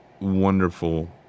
wonderful